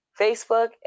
Facebook